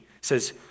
says